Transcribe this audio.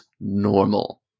normal